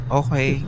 okay